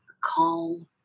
calm